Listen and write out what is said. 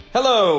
Hello